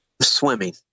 Swimming